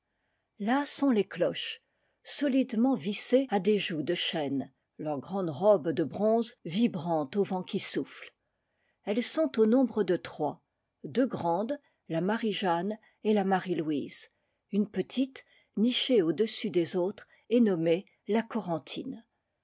là sont les cloches solidement vissées à des jougs de chêne leurs grandes robes de bronze vibrant au vent qui souffle elles sont au nombre de trois deux grandes la marie-jeanne et la marie-louise une petite nichée audessus des autres et nommée la corentine